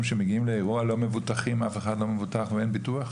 שמגיעים לאירוע לא מבוטחים ואין ביטוח?